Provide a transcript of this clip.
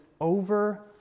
over